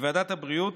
ובוועדת הבריאות,